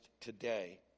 today